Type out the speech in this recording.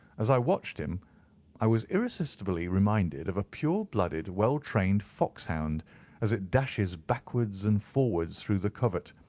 as i watched him i was irresistibly reminded of a pure-blooded well-trained foxhound as it dashes backwards and forwards through the covert,